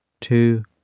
two